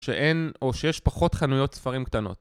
שאין או שיש פחות חנויות ספרים קטנות